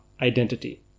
identity